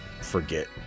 forget